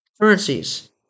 currencies